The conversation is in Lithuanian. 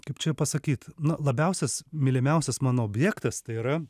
kaip čia pasakyt na labiausias mylimiausias mano objektas tai yra